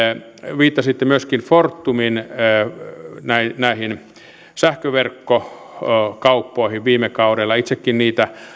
viittasitte myöskin fortumin sähköverkkokauppoihin viime kaudella itsekin niitä